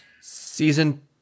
Season